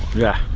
yeah.